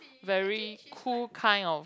very cool kind of